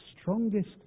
strongest